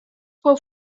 fou